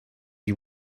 you